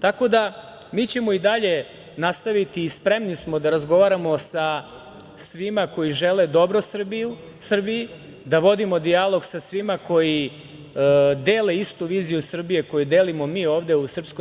Tako da mi ćemo i dalje nastaviti i spremni smo da razgovaramo sa svima koji žele dobro Srbiji, da vodimo dijalog sa svima koji dele istu viziju Srbije koju delim mi ovde u SNS,